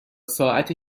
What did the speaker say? ساعت